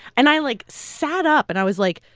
and i, like, sat up. and i was like,